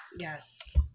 Yes